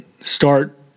start